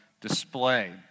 display